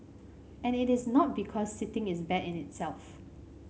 and it is not because sitting is bad in itself